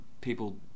people